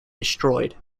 destroyed